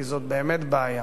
כי זאת באמת בעיה.